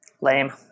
lame